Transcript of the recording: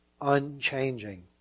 unchanging